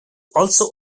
also